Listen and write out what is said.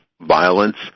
violence